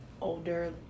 older